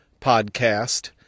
podcast